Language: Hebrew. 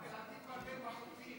כבל, אל תתבלבל בחוק,